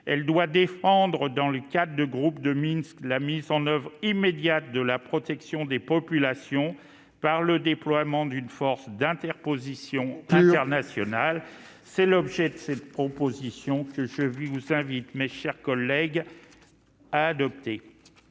France doit défendre dans le cadre du groupe de Minsk la mise en oeuvre immédiate de la protection des populations par le déploiement d'une force d'interposition internationale. Il faut conclure. C'est l'objet de cette proposition de résolution, que je vous invite, mes chers collègues, à adopter.